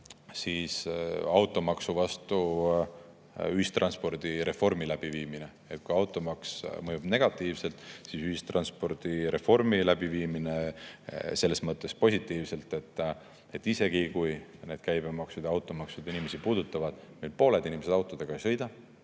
automaksu vastu ühistranspordireformi läbiviimine. Kui automaks mõjub negatiivselt, siis ühistranspordireformi läbiviimine selles mõttes positiivselt, et isegi kui need käibemaksud ja automaksud inimesi puudutavad, siis pooled inimesed autoga ei sõida,